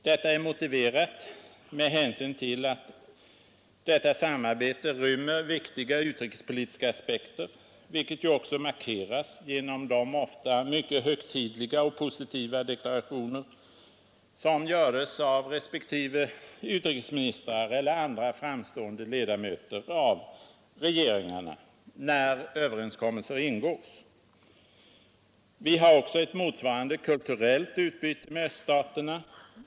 Det är motiverat med hänsyn till att detta samarbete rymmer viktiga utrikespolitiska aspekter, vilket ju också markeras genom de ofta mycket högtidliga och positiva deklarationer som göres av respektive utrikesministrar eller andra framstående ledamöter av regeringar när överenskommelser ingås. Vi har också ett motsvarande kulturellt utbyte med öststaterna.